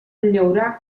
llaurar